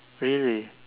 really